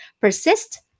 Persist